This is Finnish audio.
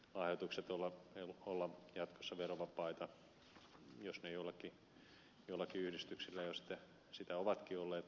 siitä pitäisikö tällaisten lahjoitusten olla jatkossa verovapaita jos ne joillakin yhdistyksillä jo sitä ovatkin olleet